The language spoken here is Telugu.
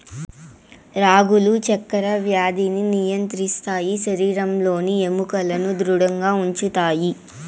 రాగులు చక్కర వ్యాధిని నియంత్రిస్తాయి శరీరంలోని ఎముకలను ధృడంగా ఉంచుతాయి